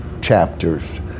chapters